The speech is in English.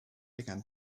began